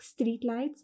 streetlights